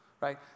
right